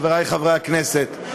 חברי חברי הכנסת,